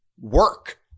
work